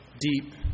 deep